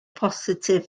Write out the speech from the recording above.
positif